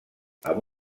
amb